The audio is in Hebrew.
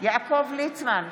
יעקב ליצמן,